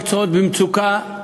מקצועות במצוקה,